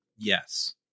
Yes